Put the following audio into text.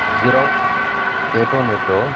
zero eight one eight two